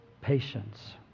Patience